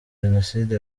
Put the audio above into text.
jenoside